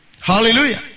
Hallelujah